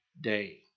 day